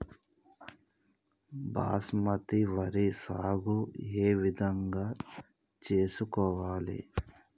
బాస్మతి వరి సాగు ఏ విధంగా చేసుకోవాలి?